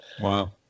wow